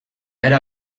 era